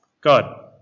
God